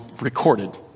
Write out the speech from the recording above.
recorded